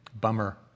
bummer